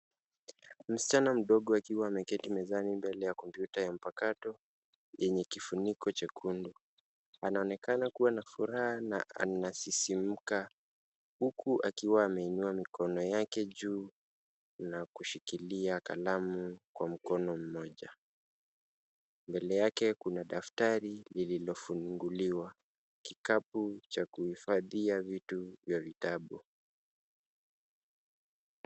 Msichana mdogo akiwa ameketi mezani mbele ya kompyuta ya mpakato yenye kifuniko chekundu. Anaonekana kuwa na furaha na anasisimka huku akiwa ameinua mikono yake juu na kushikilia kalamu kwa mkono mmoja. Mbele yake kuna daftari lililofunguliwa kikapu cha kuhifadhia vitu za vitabu.